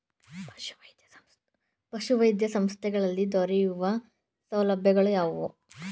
ಪಶುವೈದ್ಯ ಸಂಸ್ಥೆಗಳಲ್ಲಿ ದೊರೆಯುವ ಸೌಲಭ್ಯಗಳು ಯಾವುವು?